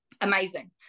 Amazing